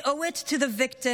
We owe it to the victims,